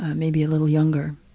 maybe a little younger.